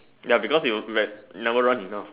ya because you never run enough